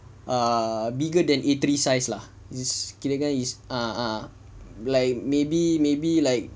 err bigger than A three size lah is kirakan is maybe maybe like